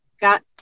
got